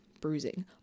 bruising